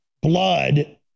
blood